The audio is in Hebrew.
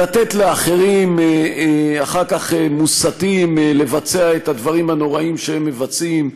ולתת לאחרים שאחר כך מוסתים לבצע את הדברים הנוראיים שהם מבצעים.